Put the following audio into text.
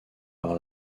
par